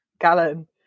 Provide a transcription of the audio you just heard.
gallon